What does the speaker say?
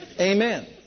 Amen